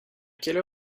quelle